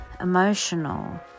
emotional